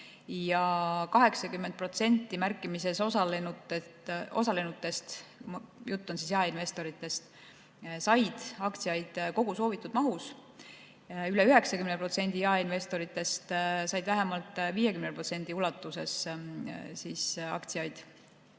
80% märkimises osalenutest – jutt on jaeinvestoritest – sai aktsiaid kogu soovitud mahus, üle 90% jaeinvestoritest sai vähemalt 50% ulatuses aktsiaid.